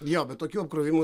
jo bet tokių apkrovimų